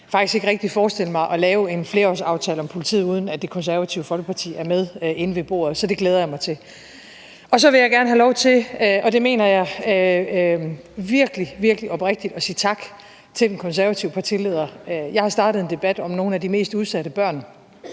faktisk ikke rigtig forestille mig at lave en flerårsaftale om politiet, uden at Det Konservative Folkeparti er med inde ved bordet. Så det glæder jeg mig til. Og så vil jeg gerne have lov til – og det mener jeg virkelig, virkelig oprigtigt – at sige tak til den konservative partileder. Jeg har startet en debat om nogle af de mest udsatte børn